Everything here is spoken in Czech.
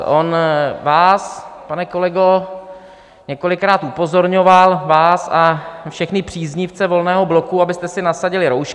On vás, pane kolego, několikrát upozorňoval vás a všechny příznivce Volného bloku, abyste si nasadili roušky.